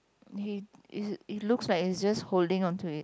he is it looks like he's just holding on to it